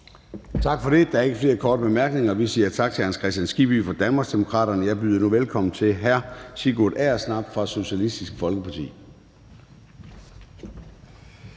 Tak for det. Der er ingen korte bemærkninger. Vi siger tak til hr. Hans Kristian Skibby fra Danmarksdemokraterne. Jeg byder nu velkommen til hr. Sigurd Agersnap fra Socialistisk Folkeparti.